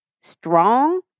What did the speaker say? strong